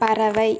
பறவை